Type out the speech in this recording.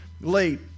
late